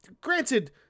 granted